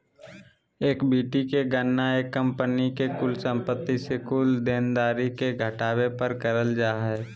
equity के गणना एक कंपनी के कुल संपत्ति से कुल देनदारी के घटावे पर करल जा हय